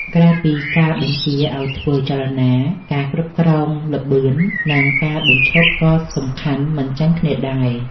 ក្រៅពីការបញ្ជាឱ្យធ្វើចលនា ការគ្រប់គ្រងល្បឿន និងការបញ្ឈប់ក៏សំខាន់មិនចាញ់គ្នាដែរ។